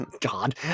God